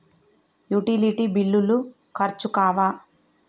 Utility బిల్లులు ఖర్చు కావా?